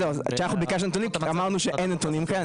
כשביקשנו נתונים אמרו שאין נתונים.